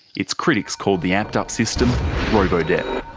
its critics call the amped up system robo-debt.